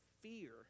fear